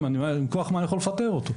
מכוח מה אני יכול לפטר אותו?